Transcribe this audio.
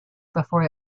before